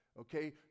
Okay